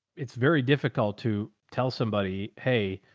it's very difficult to tell somebody, hey,